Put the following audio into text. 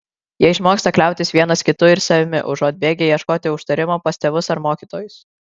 jie išmoksta kliautis vienas kitu ir savimi užuot bėgę ieškoti užtarimo pas tėvus ar mokytojus